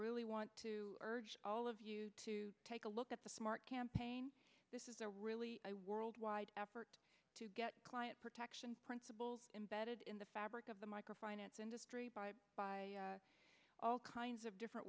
really want to urge all of you to take a look at the smart campaign this is a really worldwide effort to get client protection principles embedded in the fabric of the micro finance industry by all kinds of different